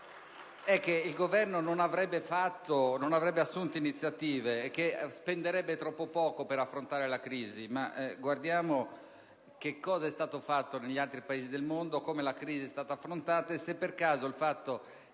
il Governo non avrebbe assunto iniziative e che spenderebbe troppo poco per affrontare la crisi. Ma guardiamo che cosa è stato fatto negli altri Paesi del mondo, come la crisi è stata affrontata e se per caso il